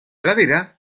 ladera